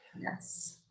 yes